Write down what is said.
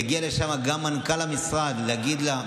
יגיע לשם גם מנכ"ל המשרד להגיד לה.